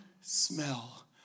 smell